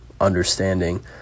understanding